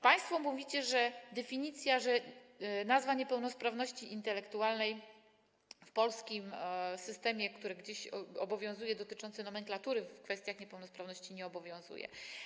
Państwo mówicie, że definicja, nazwa niepełnosprawności intelektualnej w polskim systemie, który dziś obowiązuje, dotyczącym nomenklatury w kwestiach niepełnosprawności nie obowiązuje.